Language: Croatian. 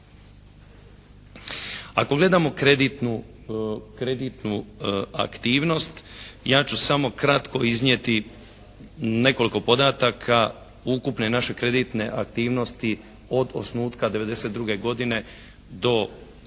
Ako gledamo kreditnu aktivnost ja ću samo kratko iznijeti nekoliko podataka ukupne naše kreditne aktivnosti od osnutka '92. godine do kraja